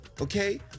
okay